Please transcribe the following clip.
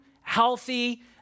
healthy